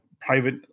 private